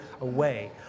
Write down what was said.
away